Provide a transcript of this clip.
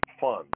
fun